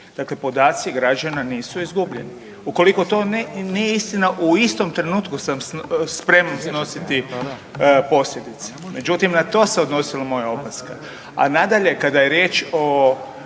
Dakle podaci građana nisu izgubljeni. Ukoliko to nije istina, u istom trenutku sam spreman snositi posljedice. Međutim, na to se odnosila moja opaska. A nadalje, kada je riječ o